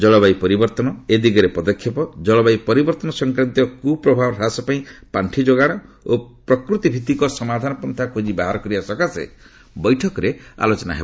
ଜଳବାୟୁ ପରିବର୍ତ୍ତନ ଏ ଦିଗରେ ପଦକ୍ଷେପ ଜଳବାୟୁ ପରିବର୍ତ୍ତନ ସଂକ୍ରାନ୍ତୀୟ କୁପ୍ରଭାବ ହ୍ରାସ ପାଇଁ ପାଖି ଯୋଗାଣ ଓ ପ୍ରକୃତିଭିଭିକ ସମାଧାନ ପନ୍ଥା ଖୋଜି ବାହାର କରିବାପାଇଁ ବୈଠକରେ ଆଲୋଚନା ହେବ